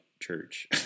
church